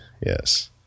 Yes